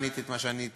ועניתי את מה שעניתי.